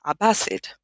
Abbasid